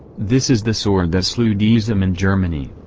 this is the sword that slew deism in germany.